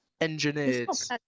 Engineers